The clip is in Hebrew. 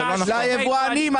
ליבואנים.